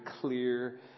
clear